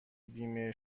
بیمه